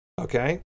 Okay